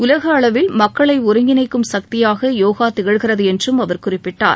உலக அளவில் மக்களை ஒருங்கிணைக்கும் சக்தியாக யோகா திகழ்கிறது என்றும் அவர் குறிப்பிட்டார்